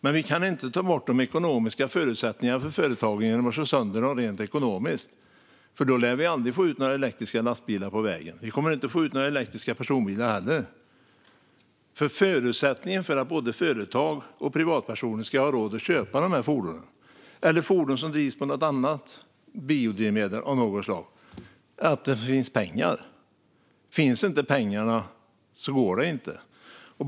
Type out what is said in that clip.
Men vi kan inte ta bort de ekonomiska förutsättningarna för företagen genom att slå sönder dem rent ekonomiskt, för då lär vi aldrig få ut några elektriska lastbilar på vägen. Vi kommer inte att få ut några elektriska personbilar heller eftersom förutsättningen för att både företag och privatpersoner ska ha råd att köpa de här fordonen, eller fordon som drivs av biodrivmedel av något slag, är att det finns pengar. Finns inte pengarna går det inte.